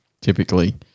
typically